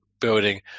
building